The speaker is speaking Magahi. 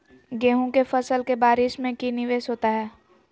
गेंहू के फ़सल के बारिस में की निवेस होता है?